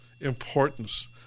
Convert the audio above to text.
importance